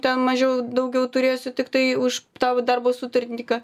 ten mažiau daugiau turėsiu tiktai už tą va darbo sutartininką